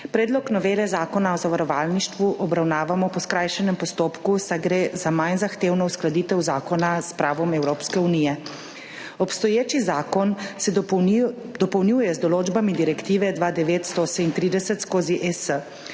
Predlog novele Zakona o zavarovalništvu obravnavamo po skrajšanem postopku, saj gre za manj zahtevno uskladitev zakona s pravom Evropske unije. Obstoječi zakon se dopolnjuje z določbami direktive 209/138/ES,